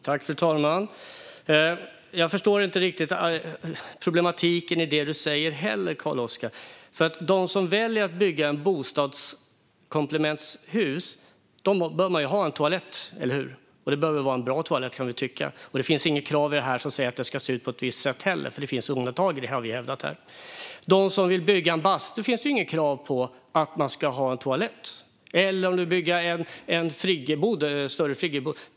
Fru talman! Jag förstår inte riktigt problematiken i det du säger, Carl-Oskar. De som väljer att bygga ett komplementbostadshus bör ha en toalett, eller hur? Det behöver vara en bra toalett, kan vi tycka. Det finns heller inte något krav på att den ska se ut på ett visst sätt. Det finns undantag, som vi har hävdat här. För dem som vill bygga en bastu finns det inte några krav på att de ska ha en toalett eller om de vill bygga en större friggebod.